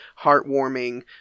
heartwarming